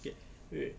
okay wait